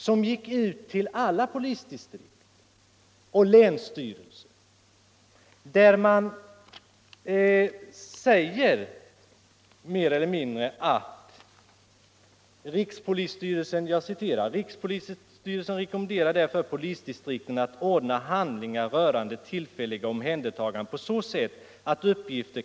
som gick ut till Torsdagen den alla polisdistrikt och länsstyrelser, heter det: 14 oktober 1976 ”Rikspolisstyrelsen rekommenderar därför polisdistrikten att ordra s handlingar rörande tillfälliga omhändertaganden på så sätt att uppgifter.. .